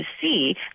see